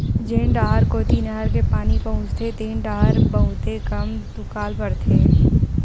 जेन डाहर कोती नहर के पानी पहुचथे तेन डाहर बहुते कम दुकाल परथे